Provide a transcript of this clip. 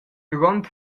duront